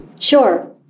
Sure